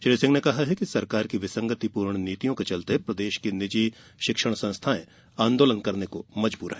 श्री सिंह ने कहा है कि सरकार की विसंगतिपूर्ण नीतियों के चलते प्रदेश की निजी शिक्षण संस्थायें आंदोलन करने को मजबूर हैं